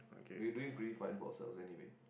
we're doing pretty fine for ourselves anyway